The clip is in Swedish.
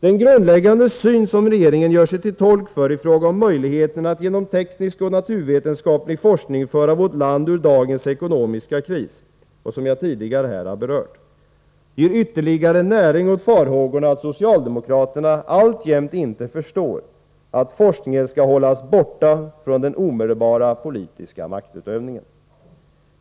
Den grundläggande syn som regeringen gör sig till tolk för i fråga om möjligheterna att genom teknisk och naturvetenskaplig forskning föra vårt land ur dagens ekonomiska kris, och som jag tidigare har berört, ger ytterligare näring åt farhågorna att socialdemokraterna alltjämt inte förstår att forskningen skall hållas borta från den omedelbara politiska maktutövningen.